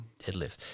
deadlift